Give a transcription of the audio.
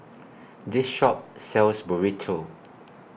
This Shop sells Burrito